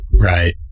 right